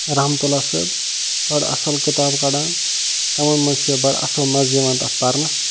رحمتُ اللہ صٲب بڑٕ اصل کِتاب کڑان تِمن منٛز چھِ بڑٕ اصل مزٕ یِوان تتھ پرنس